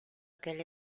aquel